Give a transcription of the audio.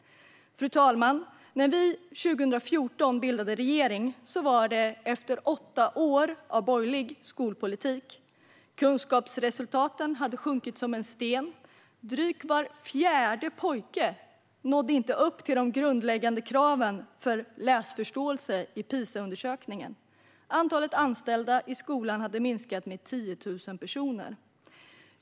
Fru talman! När vi 2014 bildade regering var det efter åtta år av borgerlig skolpolitik. Kunskapsresultaten hade sjunkit som en sten. Drygt var fjärde pojke nådde inte upp till de grundläggande kraven för läsförståelse i PISA-undersökningen, och antalet anställda i skolan hade minskat med 10 000 personer.